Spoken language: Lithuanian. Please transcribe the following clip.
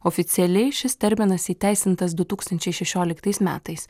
oficialiai šis terminas įteisintas du tūkstančiai šešioliktais metais